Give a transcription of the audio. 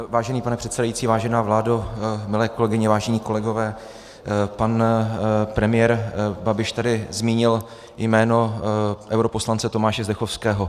Vážený pane předsedající, vážená vládo, milé kolegyně, vážení kolegové, pan premiér Babiš tady zmínil jméno europoslance Tomáše Zdechovského.